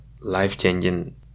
life-changing